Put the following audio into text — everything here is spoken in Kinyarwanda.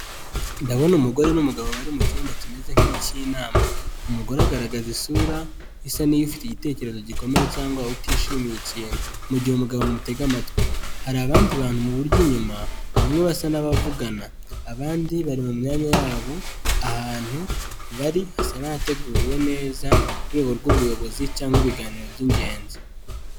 Ndabona umugore n'umugabo bari mu icyumba kimeze nk'ik'inama, umugore agaragaza isura isa n'ifite igitekerezo gikomeye cyangwa utishimiye ikintu mu gihe umugabo amutega amatwi, hari abandi bantu murya inyuma bamwe basa n'abavugana, abandi bari mu myanya yabo ahantu bari hasa n'ateguwe neza mu rwego rw'ubuyobozi cyangwa ibiganiro by'ingenzi.